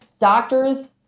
doctors